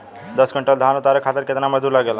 दस क्विंटल धान उतारे खातिर कितना मजदूरी लगे ला?